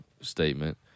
statement